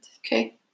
Okay